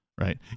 right